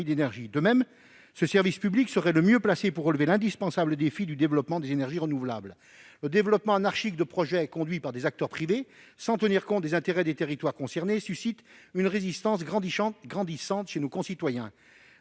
De même, ce service public serait le mieux placé pour relever l'indispensable défi du développement des énergies renouvelables. Le développement anarchique de projets conduits par des acteurs privés sans tenir compte des intérêts des territoires concernés suscite une résistance grandissante chez nos concitoyens.